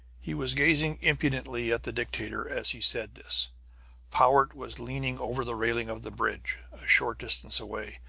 he was gazing impudently at the dictator as he said this powart was leaning over the railing of the bridge, a short distance away,